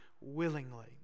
willingly